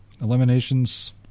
eliminations